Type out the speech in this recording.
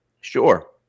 sure